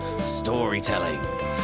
storytelling